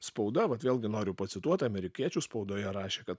spauda vat vėlgi noriu pacituot amerikiečių spaudoje rašė kad